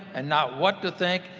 and not what to think,